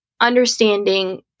understanding